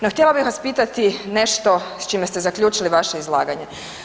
No htjela bih vas pitati nešto s čim ste zaključili vaše izlaganje.